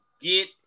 Get